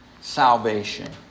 Salvation